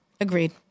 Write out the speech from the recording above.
Agreed